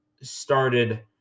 started